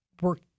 Work